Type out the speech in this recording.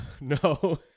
no